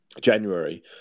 January